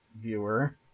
viewer